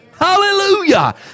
Hallelujah